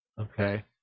Okay